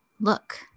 look